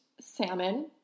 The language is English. Salmon